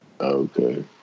Okay